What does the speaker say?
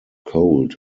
cold